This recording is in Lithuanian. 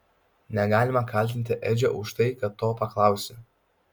negalima kaltinti edžio už tai kad to paklausė